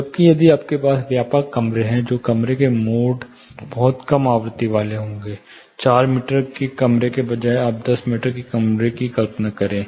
जबकि यदि आपके पास व्यापक कमरे हैं तो कमरे के मोड बहुत कम आवृत्ति वाले होंगे चार मीटर के कमरे के बजाय आप 10 मीटर के कमरे की कल्पना करें